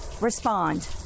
respond